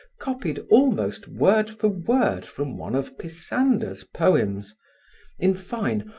copied almost word for word from one of pisander's poems in fine,